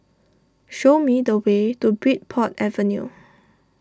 show me the way to Bridport Avenue